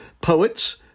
poets